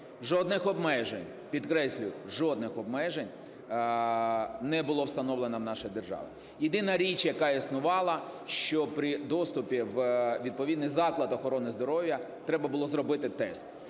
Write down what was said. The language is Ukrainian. жодних обмежень, підкреслюю, жодних обмежень не було встановлено в нашій державі. Єдина річ, яка існувала, що при доступі у відповідний заклад охорони здоров'я треба було зробити тест.